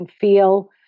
feel